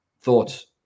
Thoughts